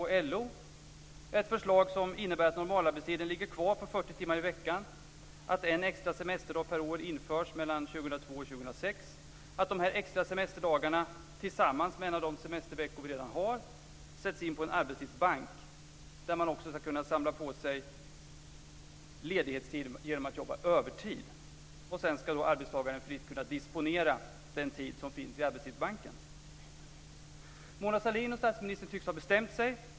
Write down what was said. Det är ett förslag som innebär att normalarbetstiden ligger kvar på 40 timmar i veckan och att en extra semesterdag per år införs 2002-20006. Dessa extra semesterdagar tillsammans med en av de semesterveckor vi redan har sätts in på en arbetstidsbank där man också ska kunna samla på sig ledighetstid genom att jobba övertid. Sedan ska arbetstagaren fritt kunna disponera den tid som finns i arbetstidsbanken. Mona Sahlin och statsministern tycks ha bestämt sig.